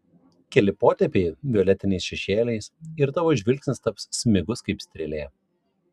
keli potėpiai violetiniais šešėliais ir tavo žvilgsnis taps smigus kaip strėlė